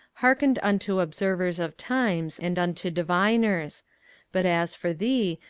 hearkened unto observers of times, and unto diviners but as for thee,